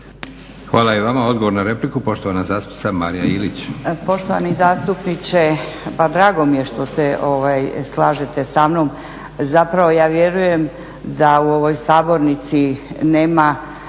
Hvala i vama. Odgovor na repliku, poštovana zastupnica Marija Ilić.